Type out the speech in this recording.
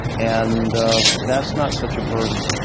and that's not such a burden.